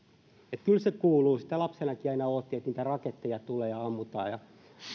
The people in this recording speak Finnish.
että kyllä se kuuluu sitä lapsenakin aina odotti että niitä raketteja tulee ja ammutaan